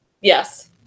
Yes